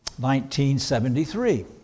1973